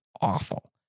Awful